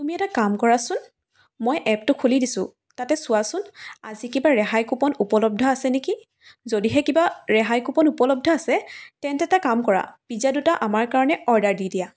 তুমি এটা কাম কৰাচোন মই এপটো খুলি দিছো তাতে চোৱাচোন আজি কিবা ৰেহাই কোপণ উপলব্ধ আছে নেকি যদিহে কিবা ৰেহাই কোপণ উপলব্ধ আছে তেন্তে এটা কাম কৰা পিজ্জা দুটা আমাৰ কাৰণে অৰ্ডাৰ দি দিয়া